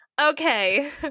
Okay